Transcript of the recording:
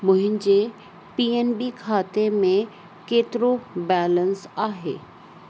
मुंहिंजे P N B खाते में केतिरो बैलेंस आहे